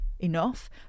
enough